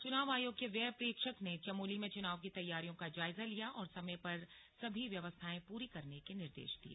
और चुनाव आयोग के व्यय प्रेक्षक ने चमोली में चुनाव की तैयारियों का जायजा लिया और समय पर सभी व्यवस्थाएं पूरी करने के निर्देश दिए